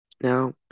Now